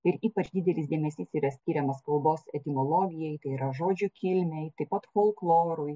ir ypač didelis dėmesys yra skiriamas kalbos etimologijai tai yra žodžių kilmei taip pat folklorui